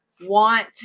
want